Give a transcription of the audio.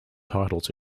titles